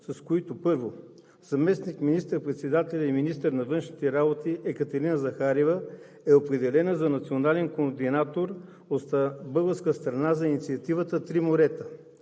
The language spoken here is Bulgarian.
с които, първо, заместник министър-председателят и министър Екатерина Захариева е определена за национален координатор от българска страна за инициативата „Три морета“;